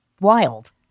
wild